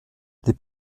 les